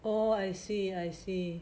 oh I see I see